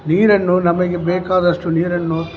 ನೀರನ್ನು ನಮಗೆ ಬೇಕಾದಷ್ಟು ನೀರನ್ನು